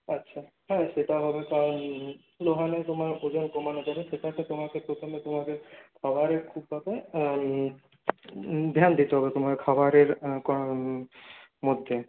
আচ্ছা হ্যাঁ সেটা হবে কারণ লোহা নিয়ে তোমার ওজন কমানো যাবে সেটাকে তোমাকে প্রথমে তোমাকে পাওয়ারে খুব পাবে ধ্যায়ান দিতে হবে তোমার খাবারের মধ্যে